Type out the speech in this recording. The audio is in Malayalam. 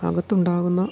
അകത്തുണ്ടാകുന്ന